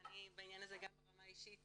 ואני בעניין הזה גם ברמה האישית